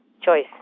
choice